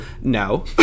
no